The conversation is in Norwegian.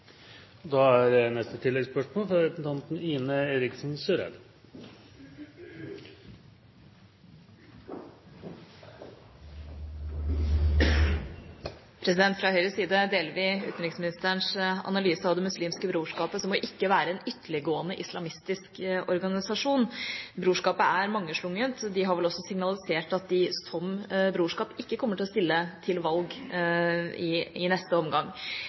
Ine M. Eriksen Søreide – til oppfølgingsspørsmål. Fra Høyres side deler vi utenriksministerens analyse av at Det muslimske brorskap ikke er en ytterliggående islamistisk organisasjon. Brorskapet er mangslungent. De har vel også signalisert at de som brorskap ikke kommer til å stille til valg i neste omgang.